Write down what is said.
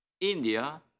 India